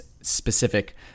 specific